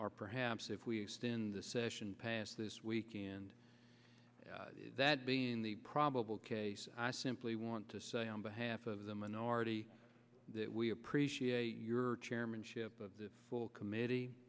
or perhaps if we extend the session past this weekend that being the probable case i simply want to say on behalf of the minority that we appreciate your chairmanship of the committee